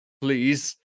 please